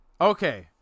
Okay